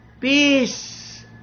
peace